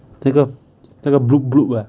这个这个 bloop bloop ah